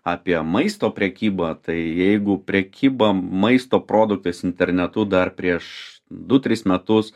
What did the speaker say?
apie maisto prekybą tai jeigu prekyba maisto produktais internetu dar prieš du tris metus